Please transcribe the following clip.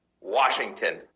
Washington